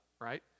right